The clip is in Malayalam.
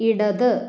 ഇടത്